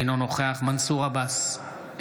אינו נוכח מנסור עבאס,